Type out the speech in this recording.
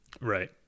Right